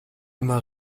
immer